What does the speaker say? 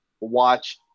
watch